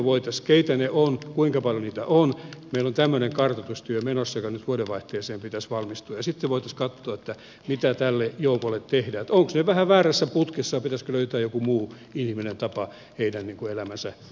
keitä he ovat kuinka paljon heitä on meillä on tämmöinen kartoitustyö menossa jonka nyt vuodenvaihteeseen mennessä pitäisi valmistua ja sitten voitaisiin katsoa mitä tälle joukolle tehdään ovatko he vähän väärässä putkessa ja pitäisikö löytää joku muu inhimillinen tapa heidän elämänsä rakentamiseksi